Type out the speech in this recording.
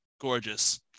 Gorgeous